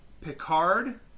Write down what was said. Picard